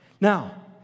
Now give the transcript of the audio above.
Now